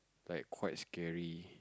like quite scary